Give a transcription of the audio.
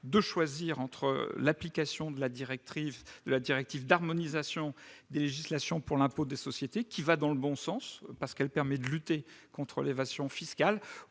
de choisir entre l'application de la directive d'harmonisation des législations sur l'impôt sur les sociétés, qui va dans le bon sens en ce qu'elle permet de lutter contre l'évasion fiscale,